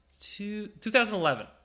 2011